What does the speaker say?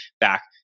back